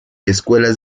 escuelas